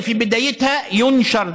החוק הזה ישים קץ